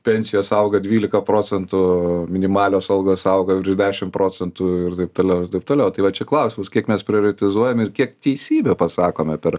pensijos auga dvylika procentų minimalios algos auga virš dešim procentų ir taip toliau ir taip toliau tai va čia klausimas kiek mes prioritizuojam ir kiek teisybę pasakome per